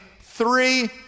three